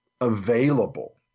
available